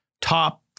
top